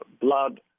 blood